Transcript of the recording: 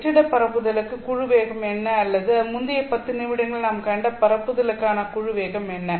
வெற்றிட பரப்புதலுக்கு குழு வேகம் என்ன அல்லது முந்தைய 10 நிமிடங்களில் நாம் கண்ட பரப்புதலுக்கான குழு வேகம் என்ன